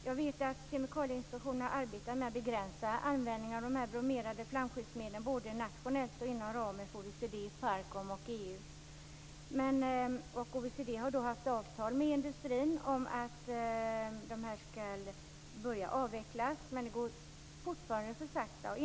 Jag vet att Kemikalieinspektionen arbetar med att begränsa användningen av bromerade flamskyddsmedel, både nationellt och inom ramen för OECD, PARCOM och EU. OECD har haft ett avtal med industrin om att dessa ämnen skall börja avvecklas, men fortfarande går det för sakta.